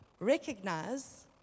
recognize